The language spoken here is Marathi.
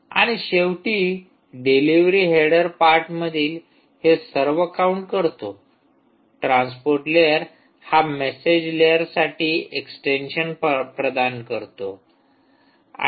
आणि शेवटी डिलिव्हरी हेडर पार्टमधील हे सर्व काउंट करतो ट्रान्सपोर्ट लेयर हा मेसेज लेयर साठी एक्स्टेंशन प्रदान करतो